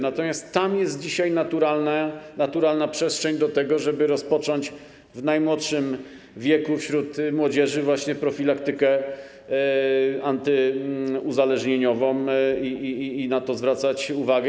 Natomiast tam jest dzisiaj naturalna przestrzeń do tego, żeby rozpocząć w najmłodszym wieku wśród młodzieży profilaktykę antyuzależnieniową i na to zwracać uwagę.